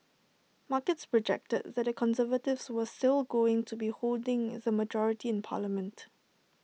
markets projected that conservatives was still going to be holding the majority in parliament